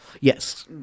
Yes